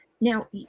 Now